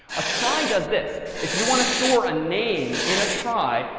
a trie does this. if you want to store a name in a trie,